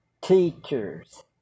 teachers